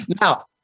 Now